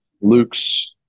Luke's